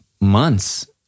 months